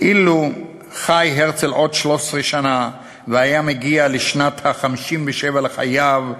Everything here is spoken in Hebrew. "אילו חי הרצל עוד 13 שנה והיה מגיע לשנת ה-57 לחייו,